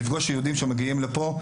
לפגוש יהודים שמגיעים לפה,